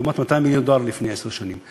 לעומת 200 מיליון דולר לפני עשר שנים.